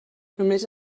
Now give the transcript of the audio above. només